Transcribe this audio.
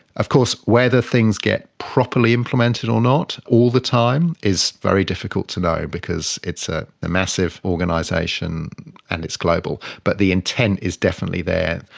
of course whether things get properly implemented or not all the time is very difficult to know because it's ah a massive organisation and it's global, but the intent is definitely there.